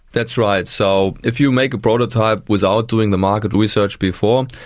that's right. so if you make a prototype without doing the market research before,